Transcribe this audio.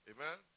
Amen